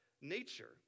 nature